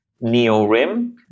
Neo-RIM